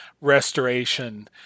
restoration